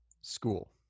school